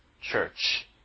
church